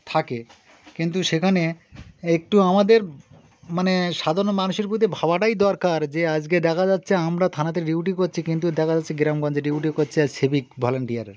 থাকে কিন্তু সেখানে একটু আমাদের মানে সাধারণ মানুষের প্রতি ভাবাটাই দরকার যে আজকে দেখা যাচ্ছে আমরা থানাতে ডিউটি করছি কিন্তু দেখা যাচ্ছে গ্রামগঞ্জে ডিউটি করছে সিভিক ভলান্টিয়ার